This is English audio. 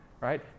right